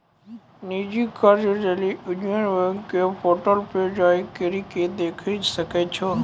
निजी कर्जा लेली यूनियन बैंक के पोर्टल पे जाय करि के देखै सकै छो